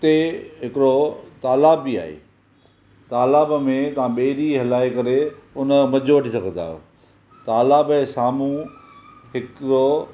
उते हिकिड़ो तालाब बि आहे तालाब में तव्हां ॿेड़ी हलाइ करे उनजो मजो वठी सघंदा अहियो तालाब जे साम्हूं हिकिड़ो